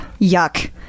yuck